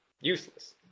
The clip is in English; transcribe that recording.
Useless